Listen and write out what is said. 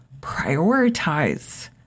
prioritize